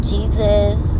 Jesus